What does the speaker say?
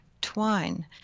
twine